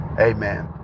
amen